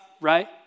Right